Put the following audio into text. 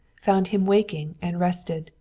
found him waking and rested,